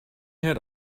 had